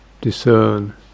discern